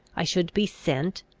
i should be sent,